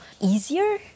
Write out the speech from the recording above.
easier